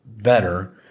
better